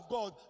God